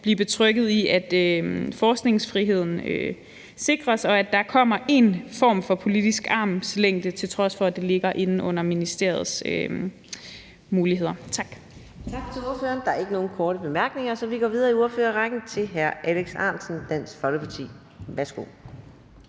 blive betrygget i, at forskningsfriheden sikres, og at der kommer en form for politisk armslængde, til trods for at det ligger inde under ministeriets muligheder. Tak.